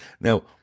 Now